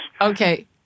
Okay